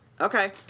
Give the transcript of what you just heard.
Okay